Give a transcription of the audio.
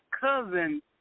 cousin